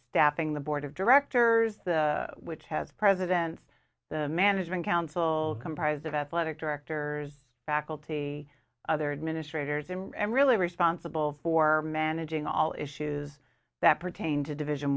staffing the board of directors the which has presidents the management council comprised of athletic directors faculty other administrators and really responsible for managing all issues that pertain to division